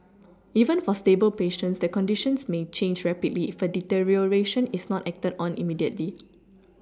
even for stable patients their conditions may change rapidly if a deterioration is not acted on immediately